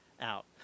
out